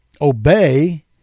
obey